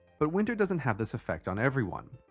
but, winter doesn't have this affect on everyone.